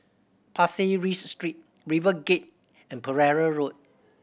Pasir Ris Street RiverGate and Pereira Road